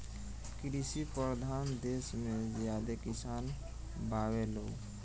कृषि परधान देस मे ज्यादे किसान बावे लोग